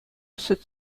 сӗт